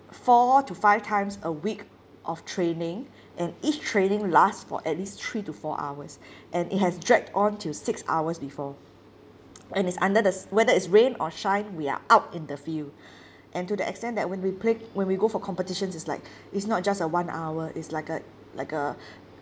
four to five times a week of training and each training lasts for at least three to four hours and it has dragged on till six hours before and it's under the s~ whether it's rain or shine we are out in the field and to the extent that when we play when we go for competitions it's like it's not just a one hour it's like a like a